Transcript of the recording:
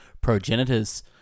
progenitors